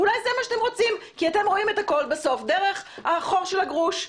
ואולי זה מה שאתם רוצים כי אתם רואים הכול בסוף דרך החור של הגרוש.